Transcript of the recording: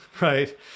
Right